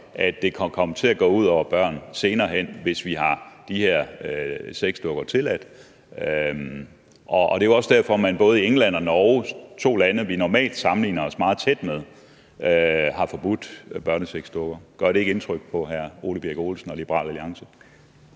at det kan komme til at gå ud over børn senere hen, hvis vi har tilladt de her sexdukker. Det er også derfor, man både i England og Norge – to lande, vi normalt sammenligner os meget med – har forbudt børnesexdukker. Gør det ikke indtryk på hr. Ole Birk Olesen og Liberal Alliance?